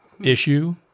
issue